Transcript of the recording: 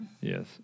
Yes